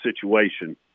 situation